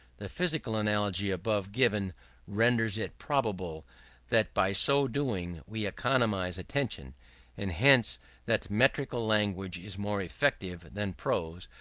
the physical analogy above given renders it probable that by so doing we economize attention and hence that metrical language is more effective than prose,